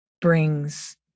brings